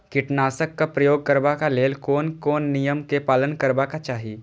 कीटनाशक क प्रयोग करबाक लेल कोन कोन नियम के पालन करबाक चाही?